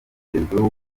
bwitezweho